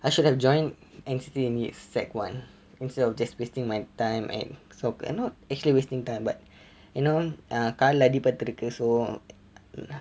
I should have joined and stayed in sec one instead of just wasting my time and soccer and not actually wasting time but you know காலில் அடி பட்டிருக்கு:kalil adi pattirukku so uh